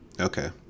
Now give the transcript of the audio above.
Okay